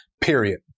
period